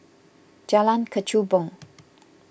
Jalan Kechubong